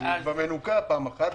כי זה מנוכה כבר פעם אחת,